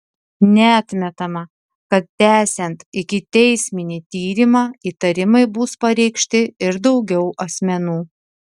neatmetama kad tęsiant ikiteisminį tyrimą įtarimai bus pareikšti ir daugiau asmenų